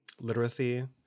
literacy